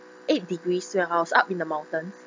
eight degrees when our house up in the mountain